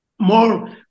more